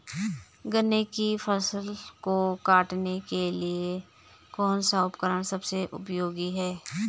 गन्ने की फसल को काटने के लिए कौन सा उपकरण सबसे उपयोगी है?